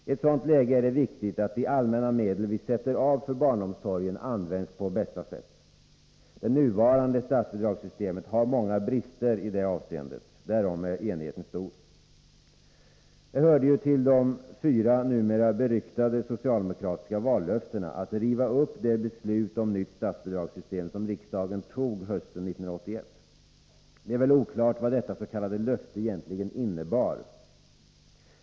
I ett sådant läge är det viktigt att de allmänna medel vi sätter av för barnomsorgen används på bästa sätt. Det nuvarande statsbidragssystemet har många brister i det avseendet. Därom är enigheten stor. Det hörde ju till de fyra numera beryktade socialdemokratiska vallöftena att riva upp det beslut om nytt statsbidragssystem som riksdagen tog hösten 1981. Det är väl oklart vad detta s.k. löfte egentligen innebar.